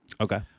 Okay